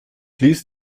ließ